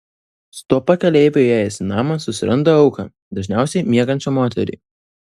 su tuo pakeleiviu įėjęs į namą susiranda auką dažniausiai miegančią moterį